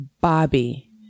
bobby